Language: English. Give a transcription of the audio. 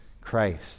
christ